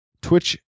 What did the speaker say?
Twitch